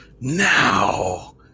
now